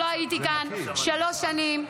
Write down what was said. שלא הייתי כאן שלוש שנים,